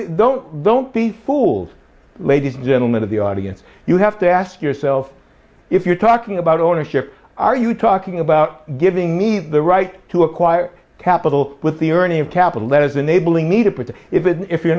they don't don't be fools ladies and gentlemen of the audience you have to ask yourself if you're talking about ownership are you talking about giving me the right to acquire capital with the earning of capital letters enabling me to put the if in if you're